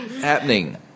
happening